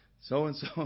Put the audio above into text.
so-and-so